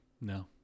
No